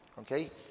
Okay